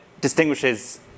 distinguishes